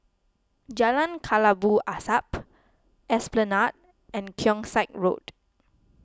Jalan Kelabu Asap Esplanade and Keong Saik Road